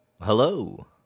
Hello